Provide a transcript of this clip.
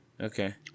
Okay